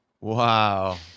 Wow